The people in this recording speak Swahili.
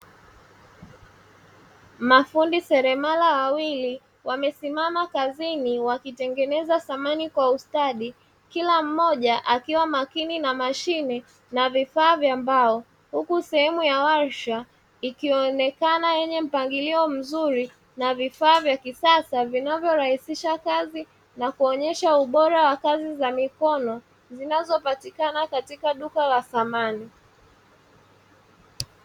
Mafundi seremala wawili wamesimama kazini wakitengeneza samani kwa ustadi, kila mmoja, akiwa makini na mashine na vifaa vya mbao; huku sehemu ya warsha ikionekana yenye mpangilio mzuri na vifaa vya kisasa vinavyorahisisha kazi na kuonyesha ubora wa kazi za mikono zinazopatikana katika duka la samani.